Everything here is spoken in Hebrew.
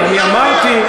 אמרתי,